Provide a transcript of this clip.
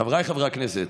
חבריי חברי הכנסת,